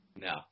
No